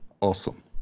awesome